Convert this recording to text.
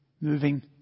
moving